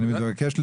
תודה על